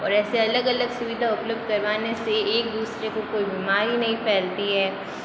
और ऐसे अलग अलग सुविधा उपलब्ध करवाने से एक दूसरे को कोई बीमारी नहीं फैलती है